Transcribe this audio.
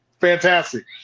fantastic